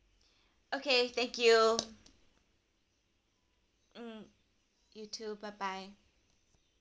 okay thank you mm you too bye bye